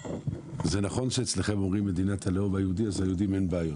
זה נכון שאצלכם אומרים 'מדינת הלאום היהודי' אז היהודים אין בעיות,